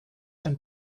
and